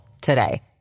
today